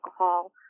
alcohol